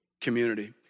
community